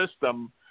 system